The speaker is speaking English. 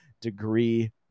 degree